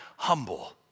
humble